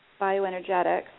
bioenergetics